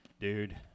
dude